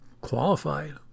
qualified